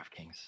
DraftKings